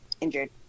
injured